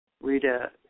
Rita